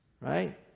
Right